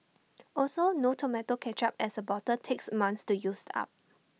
also no more Tomato Ketchup as A bottle takes months to use up